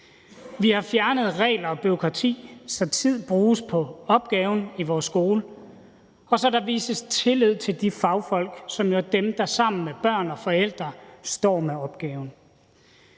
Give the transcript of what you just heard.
Vi har fjernet regler og bureaukrati, så tiden bruges på opgaven i vores skole, og så der vises tillid til de fagfolk, som jo er dem, der sammen med børn og forældre står med opgaven.